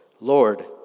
Lord